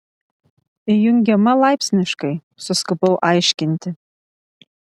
įjungiama laipsniškai suskubau aiškinti